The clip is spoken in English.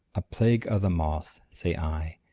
a plague o' the moth, say i!